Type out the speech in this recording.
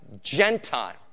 Gentile